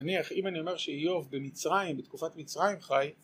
נניח אם אני אומר שאיוב במצרים בתקופת מצרים חי